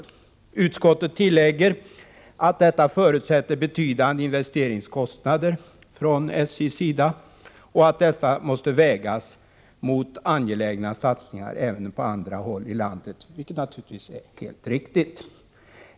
Utskottet tillägger att detta förutsätter betydande investeringsinsatser från SJ:s sida och att dessa måste vägas mot angelägna satsningar även på andra håll i landet, vilket naturligtvis är riktigt.